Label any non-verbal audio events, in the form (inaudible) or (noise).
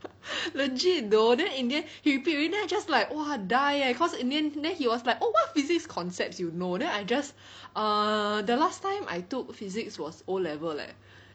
(breath) legit though then in the end he repeat already then I just like !wah! die eh cause in the end then he was like oh what physics concepts you know then I just err the last time I took physics was O level leh